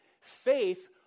Faith